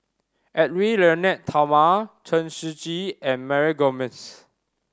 Edwy Lyonet Talma Chen Shiji and Mary Gomes